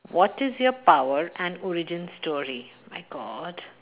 what is your power and origin story my god